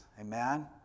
Amen